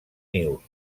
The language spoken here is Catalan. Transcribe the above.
nius